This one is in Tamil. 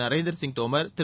நரேந்திர சிங் தோமர் திரு